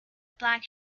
black